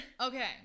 okay